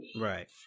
Right